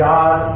God